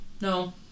No